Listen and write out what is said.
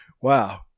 Wow